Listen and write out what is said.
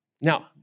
Now